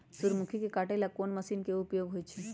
सूर्यमुखी के काटे ला कोंन मशीन के उपयोग होई छइ?